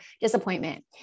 disappointment